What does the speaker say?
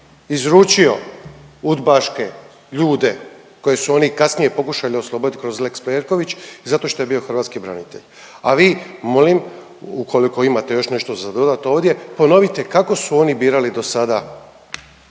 izručio udbaške ljude koje su oni kasnije pokušali oslobodit kroz lex Perković i zato što je bio hrvatski branitelj. A vi molim ukoliko imate za još nešto za dodat ovdje, ponovite kako su oni birali do sada